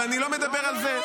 אבל אני לא מדבר על זה.